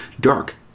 dark